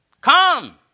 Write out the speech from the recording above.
come